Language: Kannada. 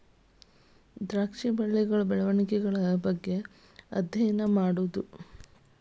ದ್ರಾಕ್ಷಿ ಬಳ್ಳಿಗಳ ಬೆಳೆವಣಿಗೆಗಳ ಬಗ್ಗೆ ಅದ್ಯಯನಾ ಮಾಡುದು